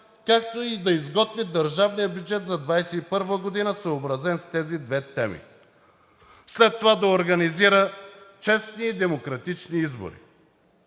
както и да изготви държавния бюджет за 2021 г., съобразен с тези две теми, след това да организира честни и демократични избори.